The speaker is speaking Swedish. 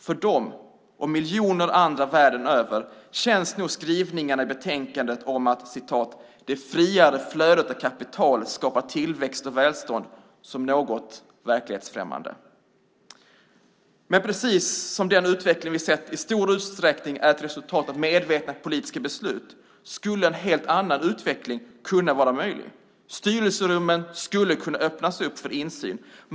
För dem och miljoner andra världen över känns nog skrivningarna i betänkandet om att det friare flödet av kapital skapar tillväxt och välstånd som något verklighetsfrämmande. Men precis som den utveckling vi sett i stor utsträckning är ett resultat av medvetna politiska beslut skulle en helt annan utveckling än den rådande kunna vara möjlig. Styrelserummen skulle kunna öppnas upp för insyn.